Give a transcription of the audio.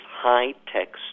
high-tech